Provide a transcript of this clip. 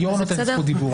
היו"ר נותן זכות דיבור,